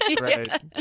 right